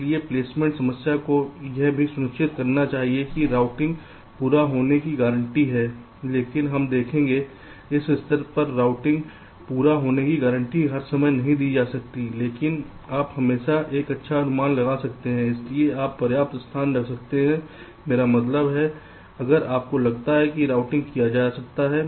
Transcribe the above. इसलिए प्लेसमेंट समस्या को यह भी सुनिश्चित करना चाहिए कि रूटिंग पूरा होने की गारंटी है लेकिन हम देखेंगे इस स्तर पर रूटिंग पूरा होने की गारंटी हर समय नहीं दी जा सकती है लेकिन आप हमेशा एक अच्छा अनुमान लगा सकते हैं इसलिए आप पर्याप्त स्थान रख सकते हैं मेरा मतलब है अगर आपको लगता है कि रूटिंग किया जा सकता है